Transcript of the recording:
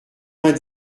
vingt